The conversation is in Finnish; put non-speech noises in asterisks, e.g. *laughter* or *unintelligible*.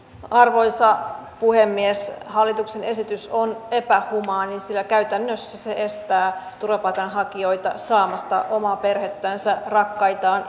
arvoisa puhemies hallituksen esitys on epähumaani sillä käytännössä se estää turvapaikanhakijoita saamasta omaa perhettään rakkaitaan *unintelligible*